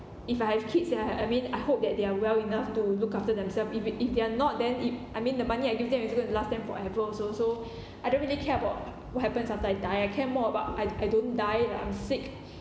if I have kids ya I mean I hope that they are well enough to look after themselves if if they're not then if I mean the money I give them is going to last them forever also so I don't really care about what happens after I die I care more about I I don't die lah I'm sick